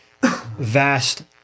vast